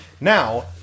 now